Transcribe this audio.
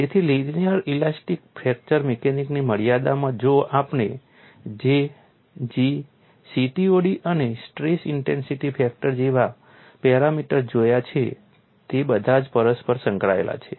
તેથી linear elastic fracture મિકેનિક્સની મર્યાદામાં જો આપણે J G CTOD અને સ્ટ્રેસ ઇન્ટેન્સિટી ફેક્ટર જેવા પેરામીટર્સ જોયા છે તે બધાં જ પરસ્પર સંકળાયેલાં છે